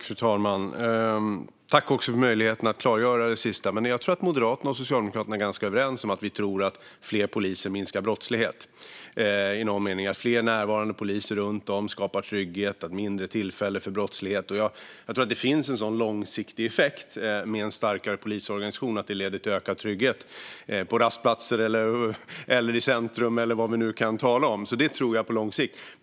Fru talman! Jag tackar för möjligheten att klargöra det sista. Jag tror att Moderaterna och Socialdemokraterna är ganska överens. Vi tror att fler poliser minskar brottslighet och att fler närvarande poliser runt om skapar trygghet och mindre tillfälle för brottslighet. Jag tror att det finns en sådan långsiktig effekt med en starkare polisorganisation. Det leder på lång sikt till ökad trygghet på rastplatser, i centrum eller vad vi nu kan tala om. Det tror jag.